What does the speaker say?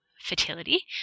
fertility